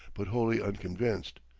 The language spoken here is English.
but wholly unconvinced.